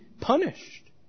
punished